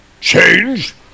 Change